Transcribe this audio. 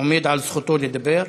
עומד על זכותו לדבר.